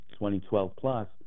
2012-plus